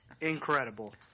incredible